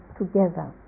together